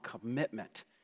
commitment